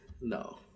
No